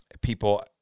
people